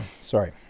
sorry